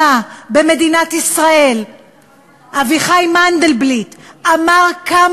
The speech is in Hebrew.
טרכטנברג, ואחריו, חבר הכנסת מאיר